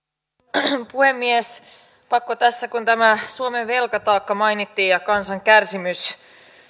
arvoisa puhemies pakko tässä kun tämä suomen velkataakka mainittiin ja kansan kärsimys